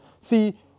See